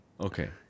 Okay